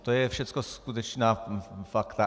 To jsou všecko skutečná fakta.